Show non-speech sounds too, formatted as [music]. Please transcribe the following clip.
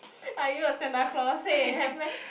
[breath] are you a Santa-Claus hey have meh